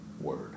word